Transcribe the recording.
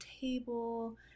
table